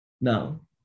No